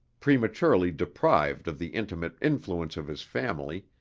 prematurely deprived of the intimate influence of his family,